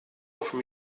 offer